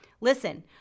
listen